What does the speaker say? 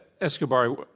Escobar